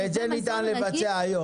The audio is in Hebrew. ואת זה ניתן לבצע היום.